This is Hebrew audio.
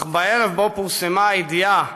אך בערב שבו פורסמה הידיעה,